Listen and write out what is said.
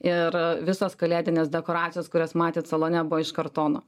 ir visos kalėdinės dekoracijos kurias matėt salone buvo iš kartono